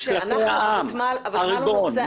הריבון,